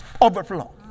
overflow